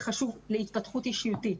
זה חשוב גם להתפתחות האישיות.